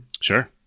sure